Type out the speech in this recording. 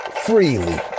freely